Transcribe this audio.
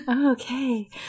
Okay